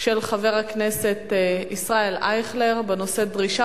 של חבר הכנסת ישראל אייכלר בנושא: דרישה